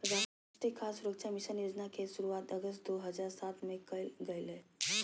राष्ट्रीय खाद्य सुरक्षा मिशन योजना के शुरुआत अगस्त दो हज़ार सात में कइल गेलय